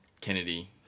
Kennedy